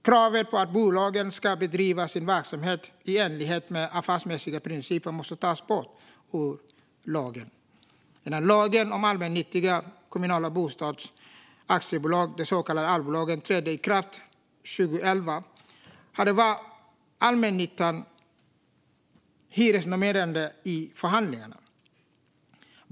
Kravet på att bolagen ska bedriva sin verksamhet i enlighet med affärsmässiga principer måste tas bort ur lagen. Innan lagen om allmännyttiga kommunala bostadsaktiebolag, den så kallade allbolagen, trädde i kraft 2011 var allmännyttan hyresnormerande i förhandlingarna.